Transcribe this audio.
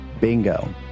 bingo